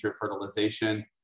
fertilization